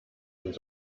uns